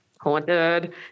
haunted